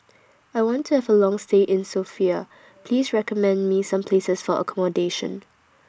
I want to Have A Long stay in Sofia Please recommend Me Some Places For accommodation